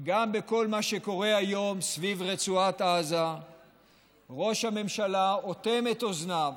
גם בכל מה שקורה היום סביב רצועת עזה ראש הממשלה אוטם את אוזניו